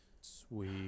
Sweet